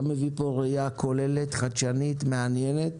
אתה מביא פה ראיה כוללת חדשנית ומעניינת,